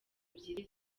ebyiri